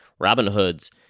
Robinhood's